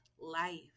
life